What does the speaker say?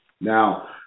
Now